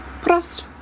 Prost